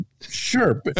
sure